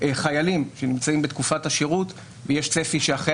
חיילים שנמצאים בתקופת השירות ויש צפי שאחרי